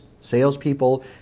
salespeople